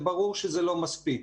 זה ברור שזה לא מספיק,